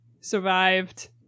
survived